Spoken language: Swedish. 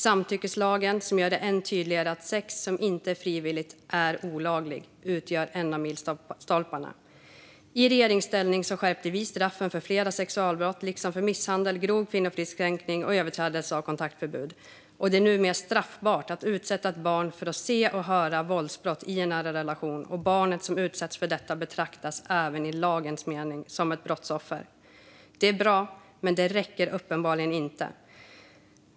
Samtyckeslagen, som gör det än tydligare att sex som inte är frivilligt är olagligt, utgör en av milstolparna. I regeringsställning skärpte vi straffen för flera sexualbrott liksom för misshandel, grov kvinnofridskränkning och överträdelse av kontaktförbud. Det är dessutom numera straffbart att utsätta ett barn för att se och höra våldsbrott i en nära relation. Barn som utsätts för detta betraktas även i lagens mening som brottsoffer. Det här är bra, men det räcker uppenbarligen inte.